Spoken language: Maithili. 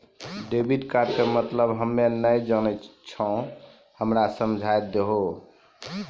डेबिट कार्ड के मतलब हम्मे नैय जानै छौ हमरा समझाय दियौ?